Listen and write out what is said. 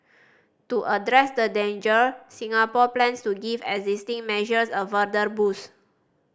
to address the danger Singapore plans to give existing measures a further boost